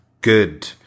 good